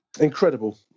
Incredible